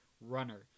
runner